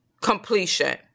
completion